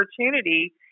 opportunity